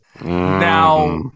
Now